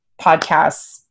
podcasts